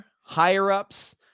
higher-ups